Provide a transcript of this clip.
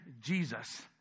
Jesus